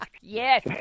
Yes